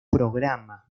programa